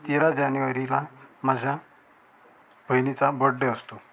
तेरा जानेवारीला माझ्या बहिणीचा बड्डे असतो